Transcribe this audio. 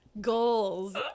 goals